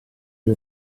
più